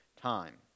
time